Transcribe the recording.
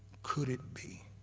could it be